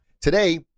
Today